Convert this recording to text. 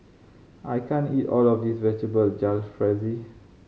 I can't eat all of this Vegetable Jalfrezi